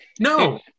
No